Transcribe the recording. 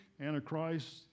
Antichrist